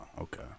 okay